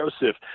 Joseph